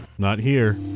not here.